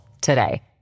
today